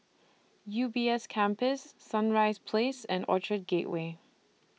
U B S Campus Sunrise Place and Orchard Gateway